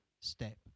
step